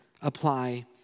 apply